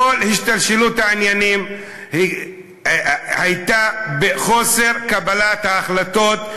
כל השתלשלות העניינים הייתה בחוסר קבלת החלטות,